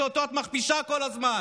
שאותו את מכפישה כל הזמן.